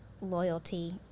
loyalty